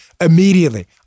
Immediately